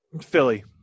Philly